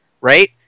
right